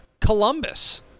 columbus